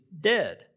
dead